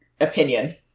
opinion